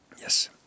Yes